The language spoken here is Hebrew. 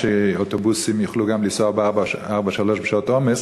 שאוטובוסים יוכלו לנסוע גם ב-443 בשעות עומס,